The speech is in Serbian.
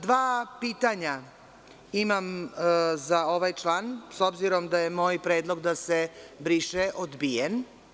Dva pitanja imam za ovaj član, s obzirom da je moj predlog da se briše odbijen.